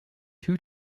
two